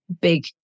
big